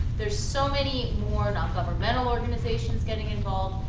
there's so many more non-governmental organizations getting involved.